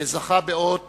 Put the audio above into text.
וזכה באות